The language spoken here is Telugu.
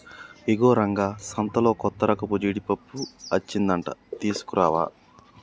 ఇగో రంగా సంతలో కొత్తరకపు జీడిపప్పు అచ్చిందంట తీసుకురావా